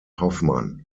hoffmann